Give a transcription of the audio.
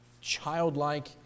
childlike